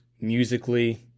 musically